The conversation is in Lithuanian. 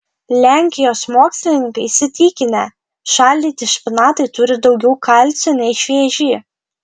lenkijos mokslininkai įsitikinę šaldyti špinatai turi daugiau kalcio nei švieži